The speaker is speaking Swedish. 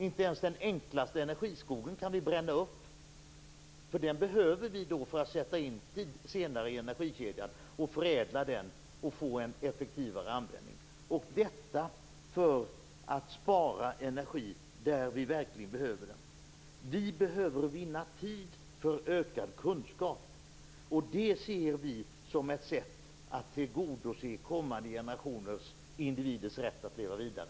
Inte ens den enklaste energiskog kan vi bränna upp, för den behöver vi för att senare sättas in i energikedjan, förädla den och få en effektivare användning; detta för att spara energi där vi verkligen behöver den. Vi behöver vinna tid för ökad kunskap. Det ser vi som ett sätt att tillgodose kommande generationers individers rätt att leva vidare.